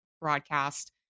broadcast